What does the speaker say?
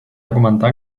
augmentà